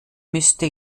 müsste